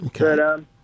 Okay